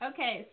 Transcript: Okay